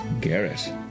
Garrett